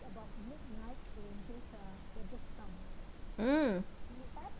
mm